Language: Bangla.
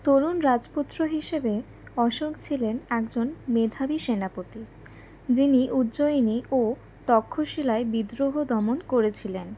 তরুণ রাজপুত্র হিসেবে অশোক ছিলেন একজন মেধাবী সেনাপতি যিনি উজ্জয়িনী ও তক্ষশীলায় বিদ্রোহ দমন করেছিলেন